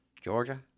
Georgia